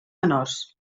menors